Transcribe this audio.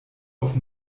auf